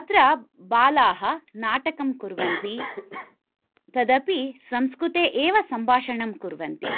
अत्र बालाः नाटकं कुर्वन्ति तदपि संस्कृते एव सम्भाषणं कुर्वन्ति